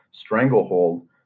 Stranglehold